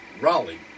Raleigh